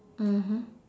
mmhmm